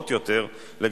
מורגש.